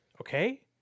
okay